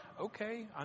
Okay